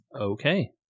Okay